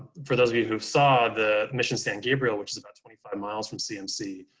for those of you who saw the mission san gabriel, which is about twenty five miles from cmc,